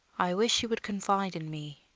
i wish you would confide in me,